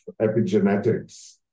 epigenetics